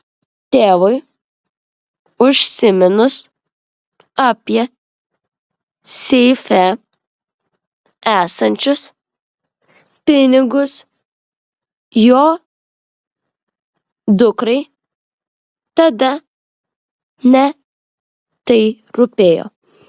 tėvui užsiminus apie seife esančius pinigus jo dukrai tada ne tai rūpėjo